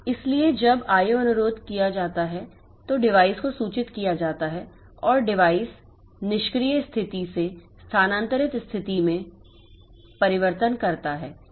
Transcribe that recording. इसलिए जब IO अनुरोध किया जाता है तो डिवाइस को सूचित किया जाता है और डिवाइस निष्क्रिय स्थिति से स्थानांतरित स्थिति में परिवर्तन करता है